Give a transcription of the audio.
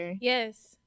yes